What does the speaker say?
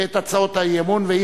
אנחנו נקדם את הצעת אי-האמון מבחינת